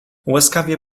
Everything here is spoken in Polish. łaskawie